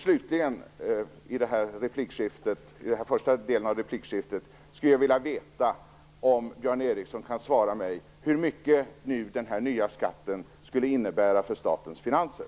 Slutligen skulle jag, i den här första delen av replikskiftet, vilja veta om Björn Ericson kan svara mig på frågan hur mycket den här nya skatten skulle innebära för statens finanser.